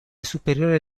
superiore